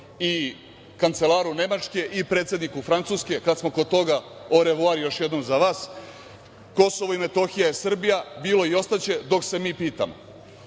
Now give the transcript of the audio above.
i kancelaru Nemačke i predsedniku Francuske. Kad smo kod toga „orevuar“ još jednom za vas. Kosovo i Metohija je Srbija, bilo i ostaće dok se mi pitamo.